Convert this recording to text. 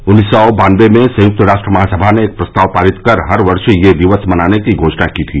उन्नीस सौ बान्नबे में संयुक्त राष्ट्र महासमा ने एक प्रस्ताव पारित कर हर वर्ष यह दिवस मनाने की घोषणा की थी